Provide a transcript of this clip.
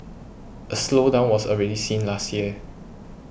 a slowdown was already seen last year